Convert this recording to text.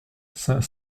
saint